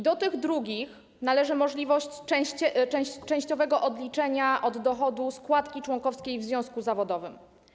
Do tych drugich należy możliwość częściowego odliczenia od dochodu składki członkowskiej w związku zawodowym.